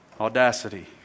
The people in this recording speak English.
audacity